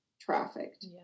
trafficked